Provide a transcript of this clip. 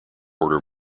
order